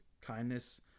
kindness